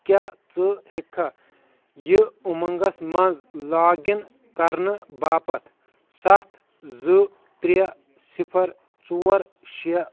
کیٛاہ ژٕ ہیٚکہِ کھا یہِ اُمنٛگس مَنٛز لاگ اِن کرنہٕ باپتھ سَتھ زٕ ترٛےٚ صِفر ژور شےٚ